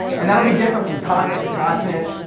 and that will be different from continent to continent,